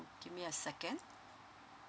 give me a second